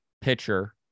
pitcher